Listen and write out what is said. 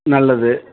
நல்லது